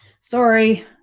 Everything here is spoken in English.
Sorry